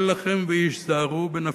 אל לכם והיזהרו בנפשותיכם.